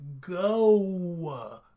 go